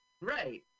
Right